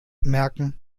merken